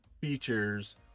features